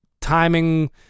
timing